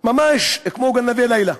ממש כמו גנבי לילה.